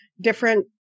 different